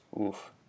Oof